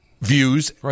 views